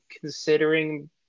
considering